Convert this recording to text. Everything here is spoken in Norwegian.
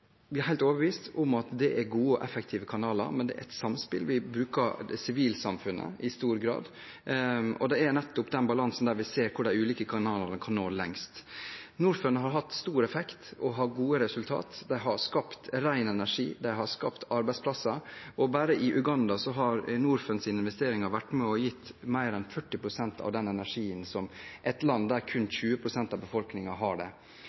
gode og effektive kanaler, men det er et samspill. Vi bruker sivilsamfunnet i stor grad, og det er nettopp i den balansen vi ser hvor de ulike kanalene kan nå lengst. Norfund har hatt stor effekt og har gode resultater, de har skapt ren energi, de har skapt arbeidsplasser. Bare i Uganda har Norfunds investeringer vært med og gitt mer enn 40 pst. av den energien, i et land der kun 20 pst. av befolkningen har det.